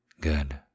Good